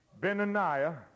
Benaniah